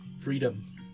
freedom